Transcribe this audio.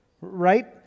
right